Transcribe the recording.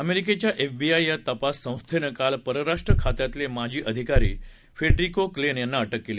अमेरिकेच्या एफबीआय या तपास संस्थेनं काल परराष्ट्र खात्यातले माजी अधिकारी फेडरिको क्लेन यांना अटक केली